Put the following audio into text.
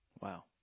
Wow